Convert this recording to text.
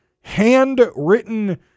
handwritten